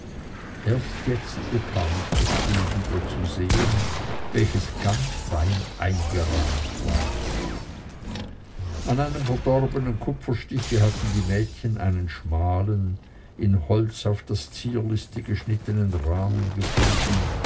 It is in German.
erst jetzt bekam ich mein bild wieder zu sehen welches ganz fein eingerahmt war an einem verdorbenen kupferstiche hatten die mädchen einen schmalen in holz auf das zierlichste geschnittenen rahmen gefunden